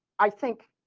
i think